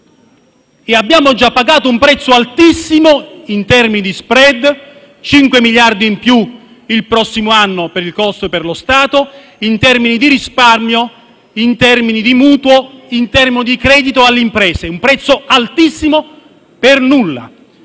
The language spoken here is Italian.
Abbiamo già pagato un prezzo altissimo in termini di *spread;* 5 miliardi in più il prossimo anno il costo per lo Stato, in termini di risparmio, di mutuo e di credito alle imprese. Un prezzo altissimo per nulla.